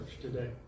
today